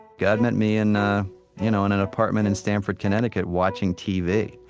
god met me and you know in an apartment in stamford, connecticut, watching tv.